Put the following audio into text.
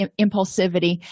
impulsivity